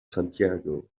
santiago